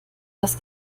das